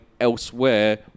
elsewhere